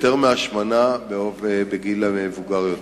יותר מהשמנה בגיל המבוגר יותר.